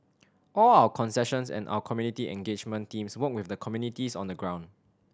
all our concessions and our community engagement teams work with the communities on the ground